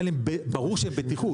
אבל ברור שהם בטיחות.